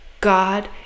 God